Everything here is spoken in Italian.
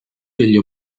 degli